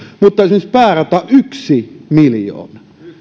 mutta esimerkiksi päärata yhtenä miljoona